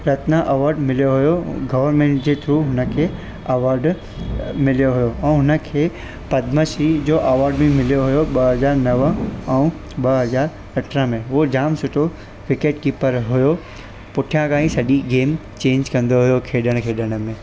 Ratna award मिलियो हुयो government जे थ्रू हुनखे अवॉर्ड मिलियो हुयो ऐं हुनखे पद्मश्री जो अवॉर्ड बि मिलियो हुयो ॿ हज़ार नव ऐं ॿ हज़ार अरिड़हं में उओ जाम सुठो विकेट कीपर हुयो पुठियां खां ई सॼी गेम चेंज कंदो हुयो खेॾण खेॾण में